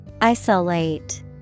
Isolate